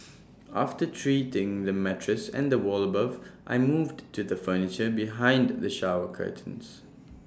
after treating the mattress and the wall above I moved to the furniture behind the shower curtains